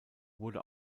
wurde